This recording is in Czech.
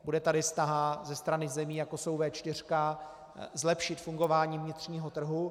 Bude tady snaha ze strany zemí, jako jsou V4, zlepšit fungování vnitřního trhu.